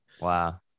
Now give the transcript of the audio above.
Wow